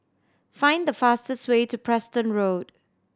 find the fastest way to Preston Road